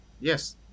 Yes